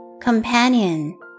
Companion